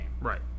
Right